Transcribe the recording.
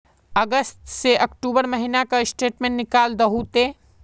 अगस्त से अक्टूबर महीना का स्टेटमेंट निकाल दहु ते?